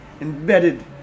embedded